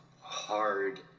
hard